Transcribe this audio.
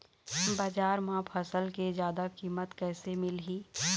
बजार म फसल के जादा कीमत कैसे मिलही?